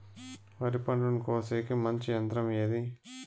వరి పంటను కోసేకి మంచి యంత్రం ఏది?